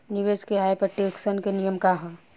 निवेश के आय पर टेक्सेशन के नियम का ह?